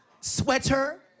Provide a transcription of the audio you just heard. Sweater